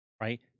right